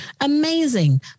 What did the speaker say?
Amazing